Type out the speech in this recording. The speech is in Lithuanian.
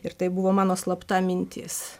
ir tai buvo mano slapta mintis